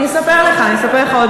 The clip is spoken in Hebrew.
אני אספר לך, אני אספר לך אחר כך.